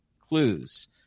clues